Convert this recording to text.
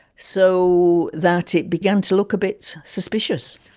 so that it began to look a bit suspicious.